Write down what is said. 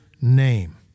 Name